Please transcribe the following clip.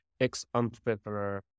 ex-entrepreneur